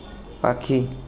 পাখি